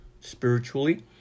spiritually